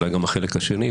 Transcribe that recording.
אולי גם החלק השני,